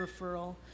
referral